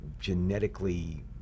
genetically